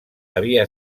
havia